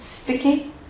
sticky